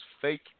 fake